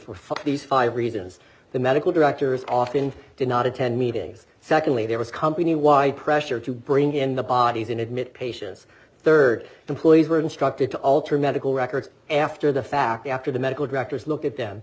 for these five reasons the medical directors often did not attend meetings secondly there was company wide pressure to bring in the bodies in admit patients rd employees were instructed to alter medical records after the fact after the medical directors look at them